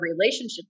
relationship